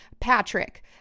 Patrick